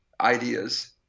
ideas